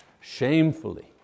shamefully